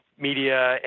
media